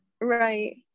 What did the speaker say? right